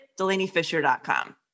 DelaneyFisher.com